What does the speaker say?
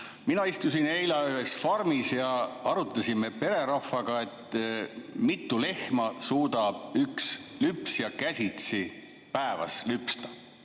Mina istusin eila ühes farmis ja arutasime pererahvaga, mitu lehma suudab üks lüpsja päevas käsitsi lüpsta.